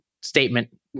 statement